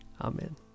Amen